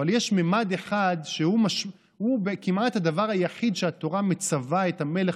אבל יש ממד אחד שהוא כמעט הדבר היחיד שהתורה מצווה את המלך